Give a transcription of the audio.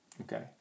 Okay